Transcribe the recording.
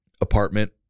apartment